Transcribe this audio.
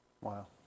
Wow